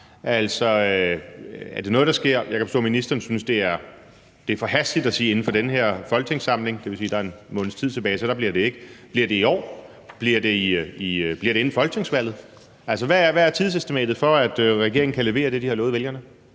i mål i forhold til Irak? Jeg kan forstå, at ministeren synes, det er forhastet at sige, at det skal være inden for den her folketingssamling, som der er en måneds tid tilbage af, så der bliver det ikke. Bliver det i år? Bliver det inden folketingsvalget? Hvad er tidsestimatet for, at regeringen kan levere det, den har lovet vælgerne?